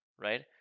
right